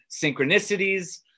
synchronicities